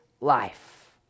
life